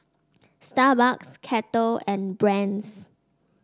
Starbucks Kettle and Brand's